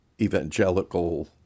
evangelical